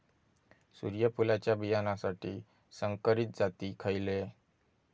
सूर्यफुलाच्या बियानासाठी संकरित जाती खयले?